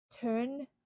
Turn